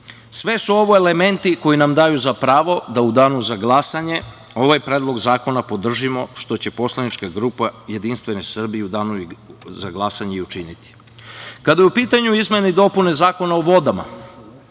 su ovo elementi koji nam daju za pravo da u danu za glasanje ovaj Predlog zakona podržimo što će poslanička grupa Jedinstvena Srbija i u danu za glasanje i učiniti. Kada su u pitanju izmena i dopuna Zakona o vodama,